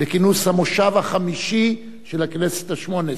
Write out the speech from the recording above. לכינוס המושב החמישי של הכנסת השמונה-עשרה,